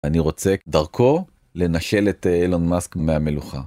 אני רוצה דרכו לנשל את אילון מאסק מהמלוכה.